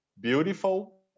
beautiful